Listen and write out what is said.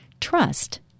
Trust